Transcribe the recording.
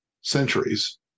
centuries